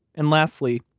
and lastly,